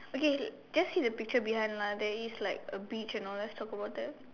okay just see the picture behind lah there is like a beach and all let's talk about that